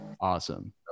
awesome